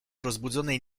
rozbudzonej